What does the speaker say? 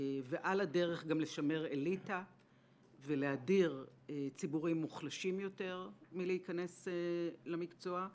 ועל הדרך גם לשמר אליטה ולהדיר ציבורים מוחלשים יותר מלהיכנס למקצוע?